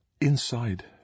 Inside